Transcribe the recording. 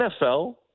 NFL